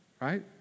Right